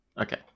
Okay